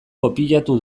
kopiatu